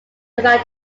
around